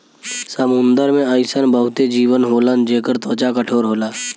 समुंदर में अइसन बहुते जीव होलन जेकर त्वचा कठोर होला